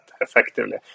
effectively